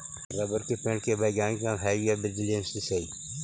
rubber के पेड़ के वैज्ञानिक नाम हैविया ब्रिजीलिएन्सिस हइ